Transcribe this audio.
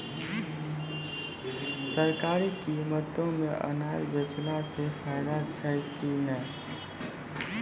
सरकारी कीमतों मे अनाज बेचला से फायदा छै कि नैय?